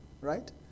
right